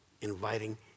inviting